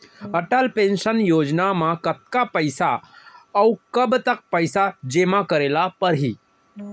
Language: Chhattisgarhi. अटल पेंशन योजना म कतका पइसा, अऊ कब तक पइसा जेमा करे ल परही?